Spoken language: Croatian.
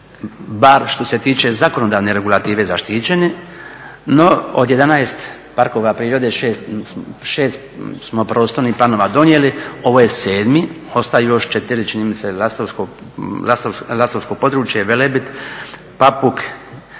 bar što se tiče zakonodavne regulative zaštićeni, no od 11 parkova prirode 6 smo prostornih planova donijeli, ovo je 7, ostaju još 4 čini mi se Lastovsko područje, Velebit, Papuk,